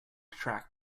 track